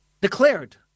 declared